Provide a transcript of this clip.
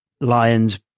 Lions